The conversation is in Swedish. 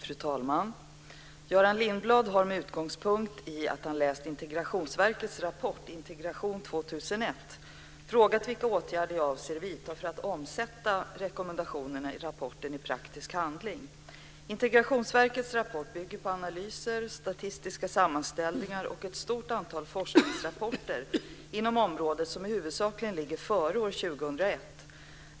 Fru talman! Göran Lindblad har, med utgångspunkt i att han läst Integrationsverkets rapport Integration 2001, frågat vilka åtgärder jag avser vidta för att omsätta rekommendationerna i rapporten i praktisk handling. Integrationsverkets rapport bygger på analyser, statistiska sammanställningar och ett stort antal forskningsrapporter inom området som huvudsakligen ligger före år 2001.